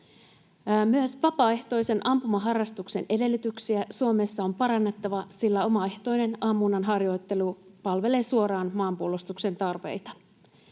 Myös vapaaehtoisen ampumaharrastuksen edellytyksiä Suomessa on parannettava, sillä omaehtoinen ammunnan harjoittelu palvelee suoraan maanpuolustuksen tarpeita.